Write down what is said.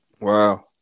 wow